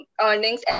earnings